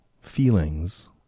feelings